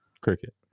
Cricket